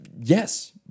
Yes